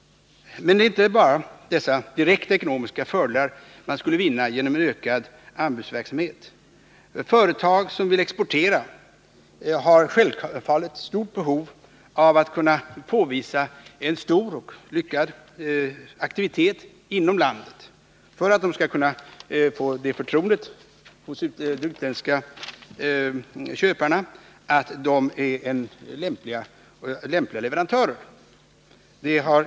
Men det är inte bara dessa mer direkta ekonomiska fördelar man skulle vinna genom en ökad anbudsverksamhet. Företag som vill exportera har självfallet stort behov av att kunna påvisa en stor och lyckad aktivitet inom landet för att de skall kunna få det förtroendet hos utländska köpare att de är lämpliga som leverantörer.